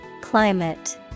Climate